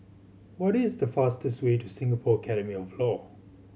what is the fastest way to Singapore Academy of Law